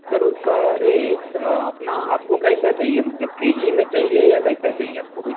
sir उसका rate अपना आपको कैसा चाहिए मतलब के जी में चाहिए या कैसा चाहिए आपको कोई